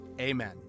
amen